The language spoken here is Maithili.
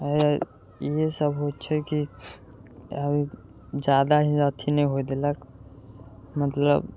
आओर इहे सब होइ छै की जादा ही अथी ना होइ देलक मतलब